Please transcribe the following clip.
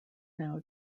now